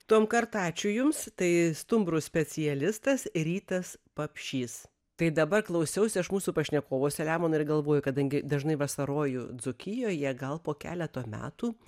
tuom kart ačiū jums tai stumbrų specialistas rytas papšys tai dabar klausiausi aš mūsų pašnekovo selemonai ir galvoju kadangi dažnai vasaroju dzūkijoje gal po keleto metų